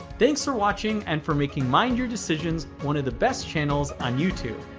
thanks for watching and for making mind your decisions one of the best channels on youtube.